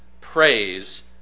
Praise